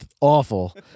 awful